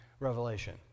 Revelation